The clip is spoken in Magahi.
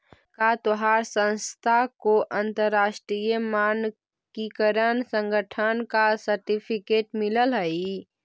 का तोहार संस्था को अंतरराष्ट्रीय मानकीकरण संगठन का सर्टिफिकेट मिलल हई